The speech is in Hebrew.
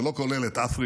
זה לא כולל את אפריקה,